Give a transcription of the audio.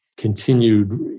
continued